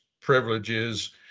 privileges